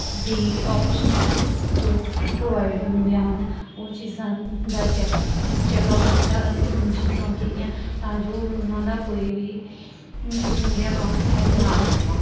ਦੀ options ਜੋ ਉਹ provider ਹੁੰਦੀਆਂ ਹਨ ਉਹ ਚੀਜ਼ਾਂ ਦਾ ਚੈੱਕ ਚੈੱਕਆਊਟ ਕੀਤਾ ਅਤੇ ਪਰਮਿਸ਼ਨ ਔਨ ਕੀਤੀਆਂ ਤਾਂ ਜੋ ਉਹਨਾਂ ਦਾ ਕੋਈ ਵੀ ਸੋਸ਼ਲ ਮੀਡੀਆ ਅਕਾਊਂਟ ਹੈਕ ਨਾ ਹੋ ਸਕੇ